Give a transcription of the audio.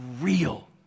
real